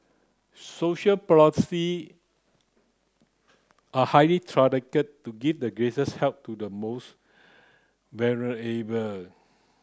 social policy are highly targeted to give the greatest help to the most